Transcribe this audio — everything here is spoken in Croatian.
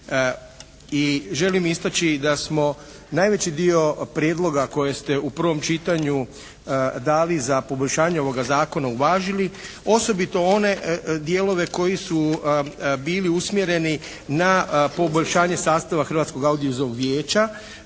i želim istaći da smo najveći dio prijedloga koje ste u prvom čitanju dali za poboljšanje ovoga zakona uvažili osobito one dijelove koji su bili usmjereni na poboljšanje sastava Hrvatskog audiovizualnog vijeća